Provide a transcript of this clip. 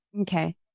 Okay